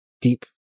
deep